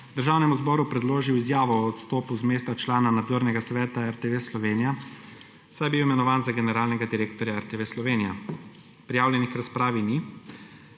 Državnemu zboru predložil izjavo o odstopu z mesta člana Nadzornega sveta RTV Slovenija, saj je bil imenovan za generalnega direktorja RTV Slovenija. Prijavljenih k razpravi ni.